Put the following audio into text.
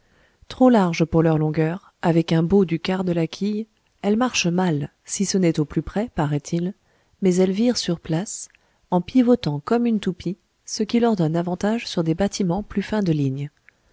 trop larges pour leur longueur avec un bau du quart de la quille elles marchent mal si ce n'est au plus près parait il mais elles virent sur place en pivotant comme une toupie ce qui leur donne avantage sur des bâtiments plus fins de lignes